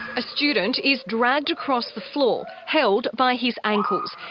a student is dragged across the floor, held by his ankles.